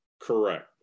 Correct